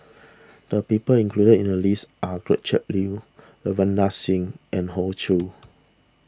the people included in the list are Gretchen Liu Ravinder Singh and Hoey Choo